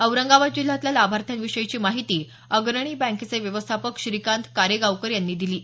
औरंगाबाद जिल्ह्यातल्या लाभार्थ्यांविषयीची माहिती अग्रणी बँकेचे व्यवस्थापक श्रीकांत कारेगावकर यांनी दिली आहे